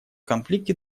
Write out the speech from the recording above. конфликте